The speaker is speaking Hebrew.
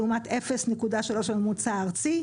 לעומת 0.3 הממוצע הארצי,